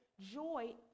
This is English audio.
joy